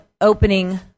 opening